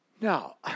Now